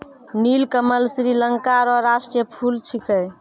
नीलकमल श्रीलंका रो राष्ट्रीय फूल छिकै